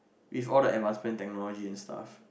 with all the advanced spend technology and stuff